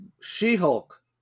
She-Hulk